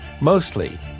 Mostly